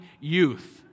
youth